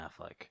Affleck